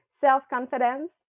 self-confidence